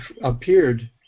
appeared